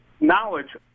knowledge